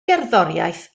gerddoriaeth